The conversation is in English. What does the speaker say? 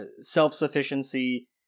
self-sufficiency